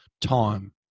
time